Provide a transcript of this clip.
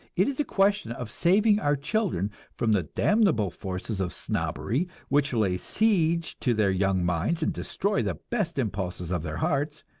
it is a question of saving our children from the damnable forces of snobbery, which lay siege to their young minds and destroy the best impulses of their hearts,